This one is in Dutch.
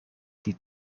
die